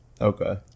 Okay